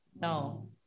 no